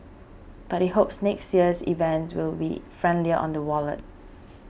but he hopes next year's event will be friendlier on the wallet